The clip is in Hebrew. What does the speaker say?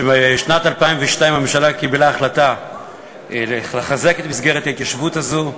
בשנת 2002 הממשלה קיבלה החלטה לחזק את מסגרת ההתיישבות הזו,